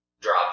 drop